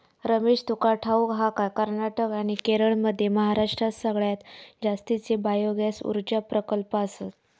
रमेश, तुका ठाऊक हा काय, कर्नाटक आणि केरळमध्ये महाराष्ट्रात सगळ्यात जास्तीचे बायोगॅस ऊर्जा प्रकल्प आसत